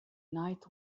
night